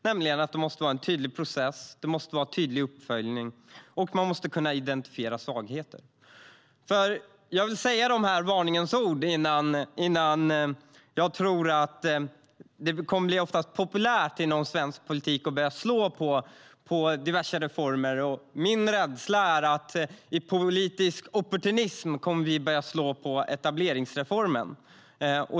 Det måste finnas en tydlig process med tydlig uppföljning. Man måste kunna identifiera svagheter. Jag känner mig föranledd att säga dessa varningens ord. Det är populärt inom svensk politik att börja slå på diverse reformer. Vad jag är rädd för är att man i politisk opportunism kommer att börja slå på etableringsreformen.